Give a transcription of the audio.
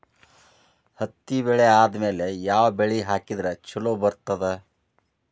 ಹತ್ತಿ ಬೆಳೆ ಆದ್ಮೇಲ ಯಾವ ಬೆಳಿ ಹಾಕಿದ್ರ ಛಲೋ ಬರುತ್ತದೆ?